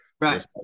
Right